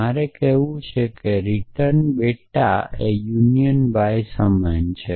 મારે કહેવું છે કે રીટર્ન બેટ યુનિયન y સમાન છે